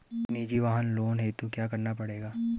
निजी वाहन लोन हेतु क्या करना पड़ेगा?